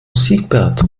siebert